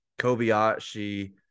Kobayashi